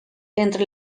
entre